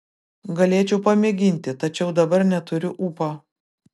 galėčiau pamėginti tačiau dabar neturiu ūpo